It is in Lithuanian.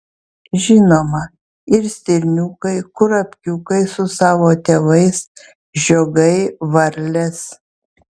žinoma ir stirniukai kurapkiukai su savo tėvais žiogai varlės